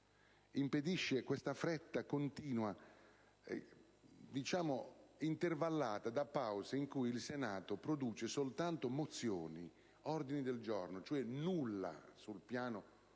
Questa fretta continua è intervallata da pause in cui il Senato produce soltanto mozioni e ordini del giorno, cioè nulla, sul piano dell'azione